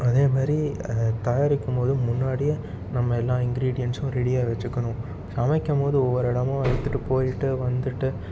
அதே மாதிரி தயாரிக்கும் போது முன்னாடி நம்ம எல்லாம் இன்கிரிடியன்ஸும் ரெடியாக வச்சிக்கணும் சமைக்கும் போது ஒவ்வொரு இடமும் எடுத்துட்டு போயிட்டு வந்துட்டு